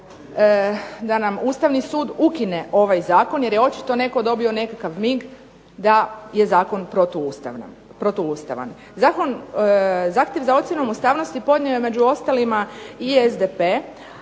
da nam Ustavni sud ukine ovaj zakon jer je očito netko dobio nekakav mig da je zakon protuustavan. Zahtjev za ocjenom ustavnosti podnio je među ostalima i SDP,